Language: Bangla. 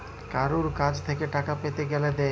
কারুর কাছ থেক্যে টাকা পেতে গ্যালে দেয়